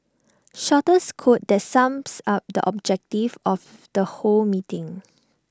shortest quote that sums up the objective of the whole meeting